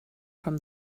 from